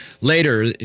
Later